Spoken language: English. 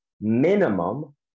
minimum